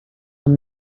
were